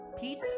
Pete